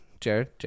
Jared